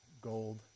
gold